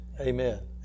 amen